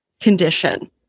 condition